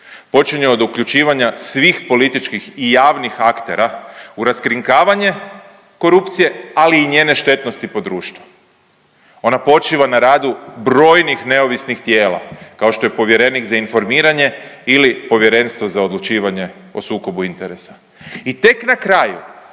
počinje od uključivanja svih političkih i javnih aktera u raskrinkavanje korupcije, ali i njene štetnosti po društvo, ona počiva na radu brojnih neovisnih tijela, kao što je povjerenik za informiranje ili Povjerenstva za odlučivanje o sukobu interesa i tek na kraju,